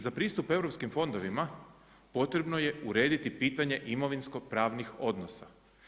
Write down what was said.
Za pristup europskim fondovima potrebno je urediti pitanje imovinsko pravnih odnosa.